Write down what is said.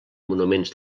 monuments